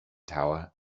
tower